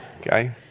Okay